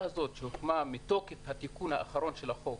הזאת שהוקמה מתוקף התיקון האחרון של החוק